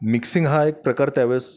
mixing हा एक प्रकार त्या वेळेस